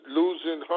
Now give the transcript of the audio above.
losing